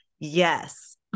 Yes